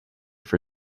for